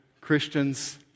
Christians